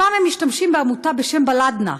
הפעם הם משתמשים בעמותה בשם "בלדנא",